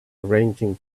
arranging